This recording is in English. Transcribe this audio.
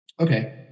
Okay